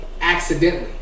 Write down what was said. accidentally